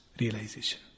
realization